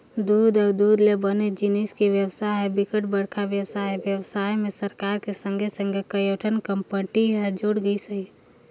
दूद अउ दूद ले बने जिनिस के बेवसाय ह बिकट बड़का बेवसाय हे, बेवसाय में सरकार के संघे संघे कयोठन कंपनी हर जुड़ गइसे